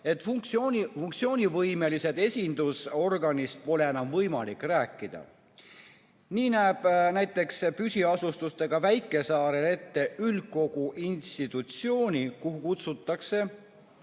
et funktsioonivõimelisest esindusorganist pole enam võimalik rääkida. Nii näeb näiteks [väikesaarte seadus] püsiasustusega väikesaarel ette üldkogu institutsiooni, kuhu kutsutakse